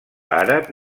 àrab